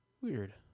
Weird